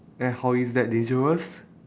and how is that dangerous